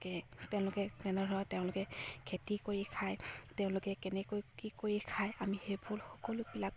তেওঁলোকে তেনেধৰণৰ তেওঁলোকে খেতি কৰি খায় তেওঁলোকে কেনেকৈ কি কৰি খায় আমি সেইবোৰ সকলোবিলাক